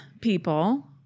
people